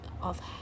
of-